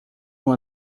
uma